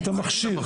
את המכשיר.